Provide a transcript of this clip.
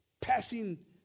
passing